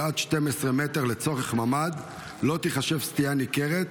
עד 12 מטר לצורך ממ"ד לא תיחשב סטייה ניכרת,